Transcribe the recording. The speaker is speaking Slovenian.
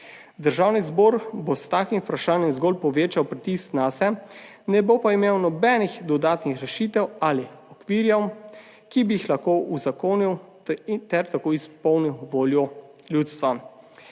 Državni zbor bo s takim vprašanjem zgolj povečal pritisk nase, ne bo pa imel nobenih dodatnih rešitev ali okvirjev, ki bi jih lahko uzakonil ter tako izpolnil voljo ljudstva.